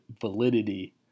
validity